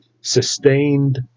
sustained